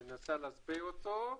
אני אנסה להסביר אותו,